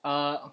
err